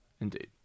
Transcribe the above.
Indeed